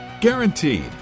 Guaranteed